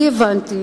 אני הבנתי